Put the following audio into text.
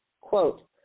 quote